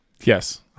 Yes